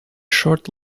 short